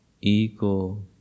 ego